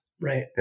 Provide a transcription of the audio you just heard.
right